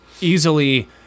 easily